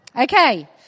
Okay